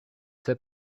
sais